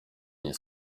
nie